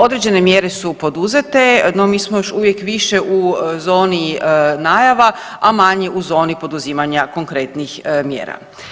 Određene mjere su poduzete, no mi smo još uvijek više u zoni najava, a manje u zoni poduzimanja konkretnih mjera.